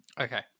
Okay